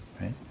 Right